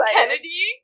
Kennedy